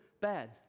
Bad